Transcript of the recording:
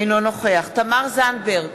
אינו נוכח תמר זנדברג,